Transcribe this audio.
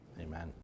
amen